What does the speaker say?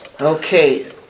Okay